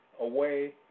away